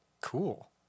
cool